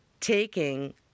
taking